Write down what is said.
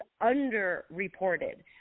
under-reported